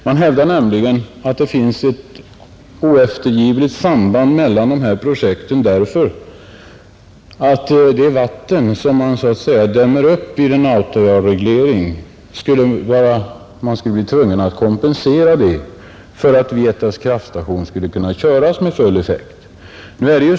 Man hävdar nämligen att det finns ett oeftergivligt samband mellan dessa projekt, därför att det vatten som så att säga däms upp vid en Autajaurereglering måste kompenseras för att Vietas kraftstation skall kunna köras med full effekt.